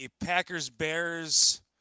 Packers-Bears